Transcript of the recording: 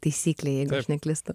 taisyklė jeigu aš neklystu